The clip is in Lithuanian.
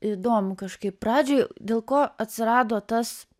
įdomu kažkaip pradžioj dėl ko atsirado tas